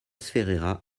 ferreira